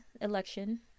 election